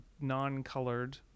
non-colored